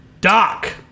Doc